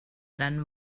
dann